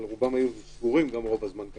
אנחנו עובדים מול מפיקים, מול מארגנים של אירועים.